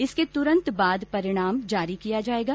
इसके तुरंत बाद परिणाम जारी कर दिया जायेगा